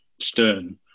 Stern